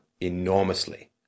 enormously